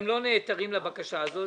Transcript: אתם לא נעתרים לבקשה הזאת,